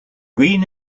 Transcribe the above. green